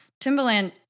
Timberland